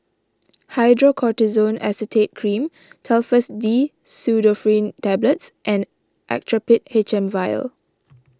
Hydrocortisone Acetate Cream Telfast D Pseudoephrine Tablets and Actrapid H M Vial